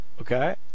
Okay